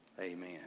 amen